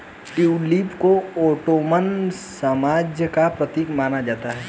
tulip को Ottoman साम्राज्य का प्रतीक माना जाता है